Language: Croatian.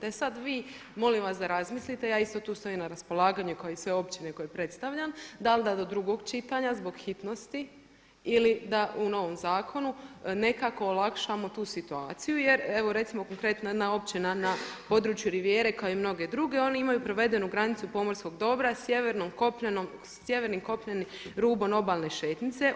E sada vi molim vas da razmislite, ja isto tu stojim na raspolaganju kao i sve općine koje predstavljam, dal da do drugog čitanja zbog hitnosti ili da u novom zakonu nekako olakšamo tu situaciju jer evo recimo konkretno jedna općina na području rivijere kao i mnoge druge oni imaju provedenu granicu pomorskog dobra sjevernim kopnenim rubom obalne šetnjice.